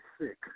sick